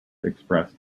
expressed